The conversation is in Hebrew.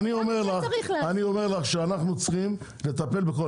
אני אומר לך שאנחנו צריכים לטפל בכל.